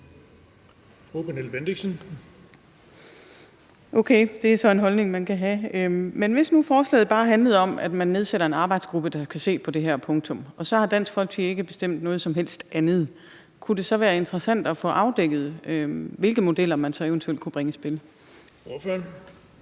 18:30 Pernille Bendixen (DF): Okay. Det er så en holdning, man kan have. Men hvis nu forslaget bare handlede om, at man nedsætter en arbejdsgruppe, der kan se på det her – punktum, og så har Dansk Folkeparti ikke bestemt noget som helst andet – kunne det så være interessant at få afdækket, hvilke modeller man så eventuelt kunne bringe i spil? Kl.